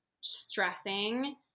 stressing